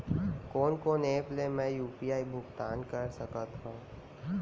कोन कोन एप ले मैं यू.पी.आई भुगतान कर सकत हओं?